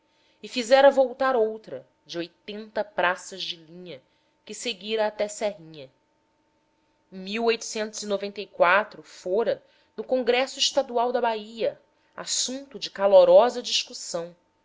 e fizera voltar outra de oitenta praças de linha que seguira até serrinha em fora no congresso estadual da bahia assunto de calorosa discussão